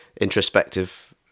introspective